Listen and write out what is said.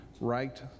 right